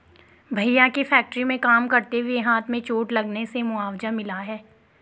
भैया के फैक्ट्री में काम करते हुए हाथ में चोट लगने से मुआवजा मिला हैं